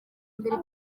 mbere